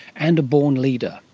and a born leader.